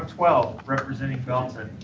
twelve representing belton.